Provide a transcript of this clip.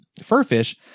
furfish